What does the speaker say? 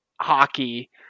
hockey